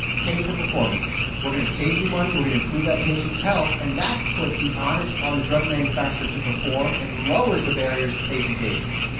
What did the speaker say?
pay for performance. we're going to save you money, we're going to improve that patient's health, and that puts the ah onus on the drug manufacturer to perform, and lowers the barriers facing patients.